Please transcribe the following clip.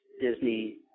Disney